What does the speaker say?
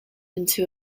into